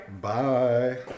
Bye